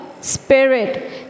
spirit